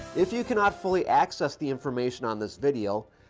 if you cannot fully access the information on this video,